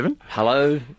Hello